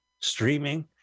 Streaming